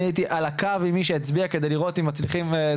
אני הייתי על הקו כדי לראות אם מצליחים,